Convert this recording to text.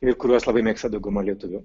ir kuriuos labai mėgsta dauguma lietuvių